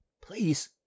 Please